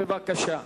בבקשה.